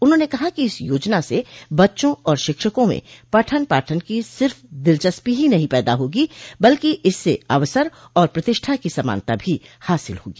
उन्होंने कहा कि इस योजना से बच्चों और शिक्षकों में पठन पाठन की सिर्फ दिलचस्पी ही नहीं पैदा होगी बल्कि इससे अवसर और प्रतिष्ठा की समानता भी हासिल होगी